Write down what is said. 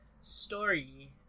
story